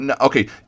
Okay